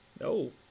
No